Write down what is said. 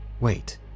wait